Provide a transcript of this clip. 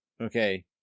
okay